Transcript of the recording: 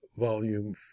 Volume